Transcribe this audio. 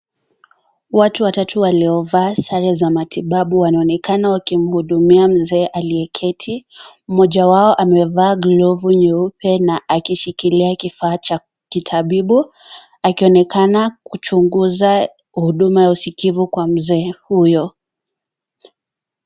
Watu watatu waliovaa sare za matibabu wanaonekana wakimhudumia mzee aliye keti. Mmoja wao amevaa glovu nyeupe na akishikilia kifaa cha kitabibu akionekana akichunguza huduma wa usikivu kwa mzee huyo.